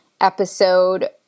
episode